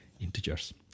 integers